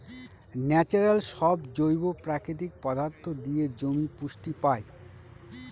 natural সব জৈব প্রাকৃতিক পদার্থ দিয়ে জমি পুষ্টি পায়